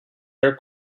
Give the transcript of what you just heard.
air